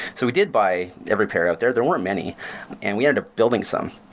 so we did buy every pair out there. there weren't many and we had ah building some.